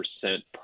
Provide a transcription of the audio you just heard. percent